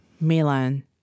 Milan